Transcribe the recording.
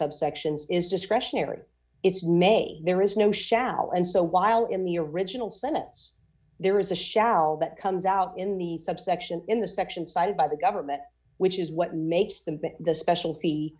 subsections is discretionary it's may there is no shall and so while in the original senates there is a shall that comes out in the subsection in the section cited by the government which is what makes them the special fee